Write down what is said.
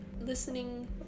listening